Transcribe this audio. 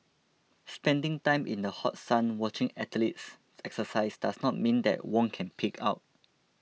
spending time in the hot sun watching athletes exercise does not mean that Wong can pig out